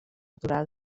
durar